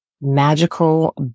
magical